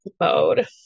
mode